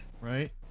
Right